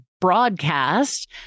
broadcast